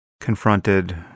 confronted